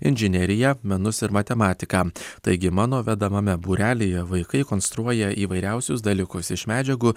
inžineriją menus ir matematiką taigi mano vedamame būrelyje vaikai konstruoja įvairiausius dalykus iš medžiagų